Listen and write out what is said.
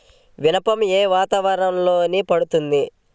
మినుము ఏ వాతావరణంలో పండుతుంది?